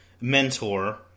mentor